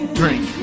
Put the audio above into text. drink